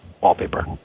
wallpaper